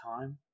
time